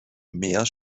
mehr